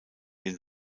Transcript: den